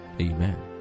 Amen